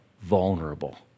vulnerable